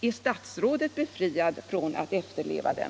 Är statsrådet befriad från att efterleva den?